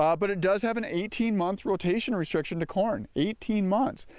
ah but it does have an eighteen month rotation restriction to corn. eighteen months.